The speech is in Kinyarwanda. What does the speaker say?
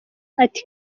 ati